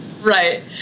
Right